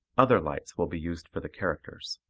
other lights will be used for the characters.